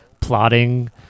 plotting